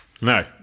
No